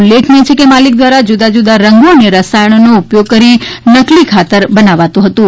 ઉલ્લેખનીય છે કે માલિક દ્વારા જુદા જુદા રંગો અને રસાયણનો ઉપયોગ કરીનકલી ખાતર બનાવતું હતું